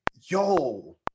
yo